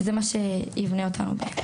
זה מה שיבנה אותנו.